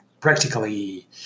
practically